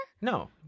No